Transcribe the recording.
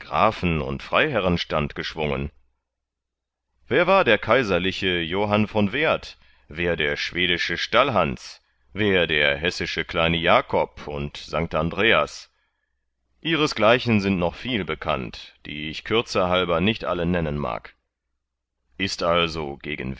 und freiherrenstand geschwungen wer war der kaiserliche johann von werd wer der schwedische stallhans wer der hessische kleine jakob und st andreas ihresgleichen sind noch viel bekannt die ich kürze halber nicht alle nennen mag ist also gegenwärtiger